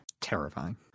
Terrifying